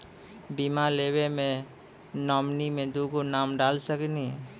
बीमा लेवे मे नॉमिनी मे दुगो नाम डाल सकनी?